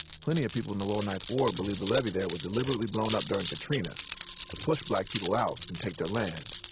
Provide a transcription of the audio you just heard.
plenty of people in the lower ninth ward believe the levee there was deliberately blown up during katrina to push black people out and take their land.